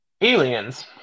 Aliens